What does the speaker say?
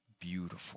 beautiful